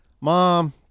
mom